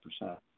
percent